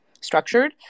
structured